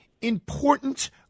important